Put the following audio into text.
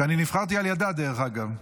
שאני נבחרתי על ידה, דרך אגב.